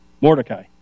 Mordecai